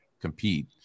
compete